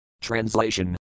Translation